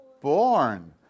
born